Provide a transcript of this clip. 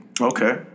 Okay